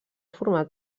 format